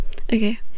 okay